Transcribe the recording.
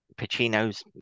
Pacino's